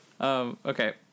Okay